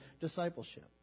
discipleship